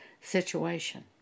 situation